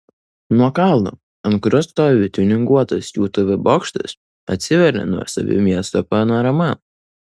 nuo kalno ant kurio stovi tiuninguotas jų tv bokštas atsiveria nuostabi miesto panorama